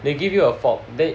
they give you a fob the~